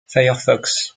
firefox